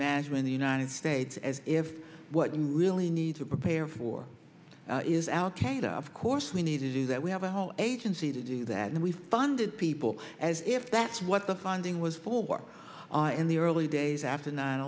management the united states as what you really need to prepare for is al qaeda of course we need to do that we have a whole agency to do that and we funded people as if that's what the funding was for in the early days after nine